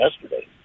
yesterday